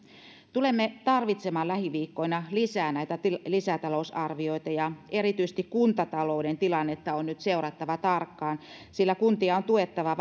tulemme tarvitsemaan lähiviikkoina lisää näitä lisätalousarvioita ja erityisesti kuntatalouden tilannetta on nyt seurattava tarkkaan sillä kuntia on tuettava